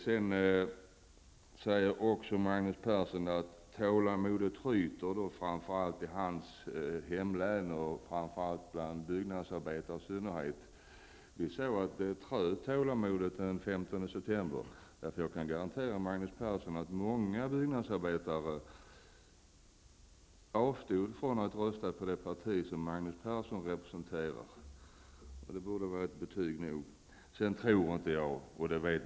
Sedan säger Magnus Persson att tålamodet tryter, framför allt i hans hemlän och bland byggnadsarbetare i synnerhet. Det tålamodet tröt den 15 september. Jag kan garantera Magnus Persson att många byggnadsarbetare avstod från att rösta på det parti som Magnus Persson representerar. Det borde vara ett betyg nog.